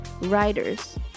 Writers